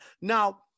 Now